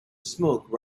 smoke